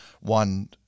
one